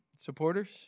supporters